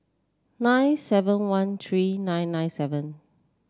nine seven one three nine nine seven